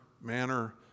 manner